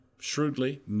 shrewdly